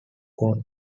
corn